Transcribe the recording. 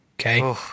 okay